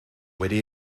wedi